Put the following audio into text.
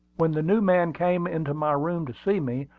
when the new man came into my room to see me,